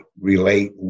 relate